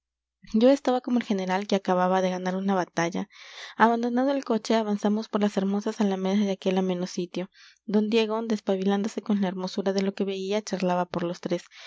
yo estaba como el general que acaba de ganar una batalla abandonando el coche avanzamos por las hermosas alamedas de aquel ameno sitio don diego despabilándose con la hermosura de lo que veía charlaba por los tres